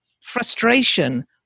frustration